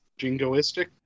Jingoistic